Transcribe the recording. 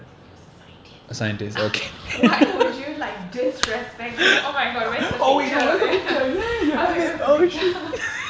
he was a scientist why would you like disrespect it oh my god where the picture ya I was like where's the picture